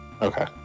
okay